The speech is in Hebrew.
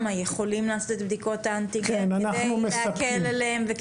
יכולים לעשות בדיקות אנטיגן כדי להקל עליהם?